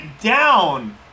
down